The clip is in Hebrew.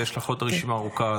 ויש לך עוד רשימה ארוכה,